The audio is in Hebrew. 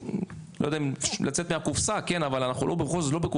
לא יודע אם לצאת מהקופסה כי בכל זאת אנחנו לא בקופסה,